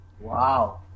wow